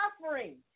suffering